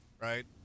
Right